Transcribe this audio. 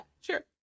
sure